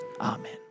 amen